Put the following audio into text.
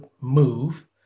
move